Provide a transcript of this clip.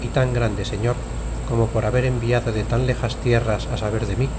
y tan grande señor como por haber enviado de tan tejas tierras saber de mí